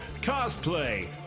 cosplay